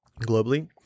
globally